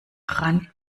rand